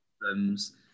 problems